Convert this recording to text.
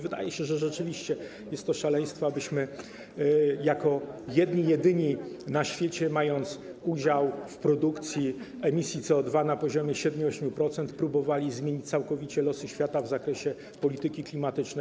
Wydaje się, że rzeczywiście jest to szaleństwo, abyśmy jako jedni jedyni na świecie, mając udział w produkcji emisji CO2 na poziomie 7%, 8%, próbowali zmienić całkowicie losy świata w zakresie polityki klimatycznej.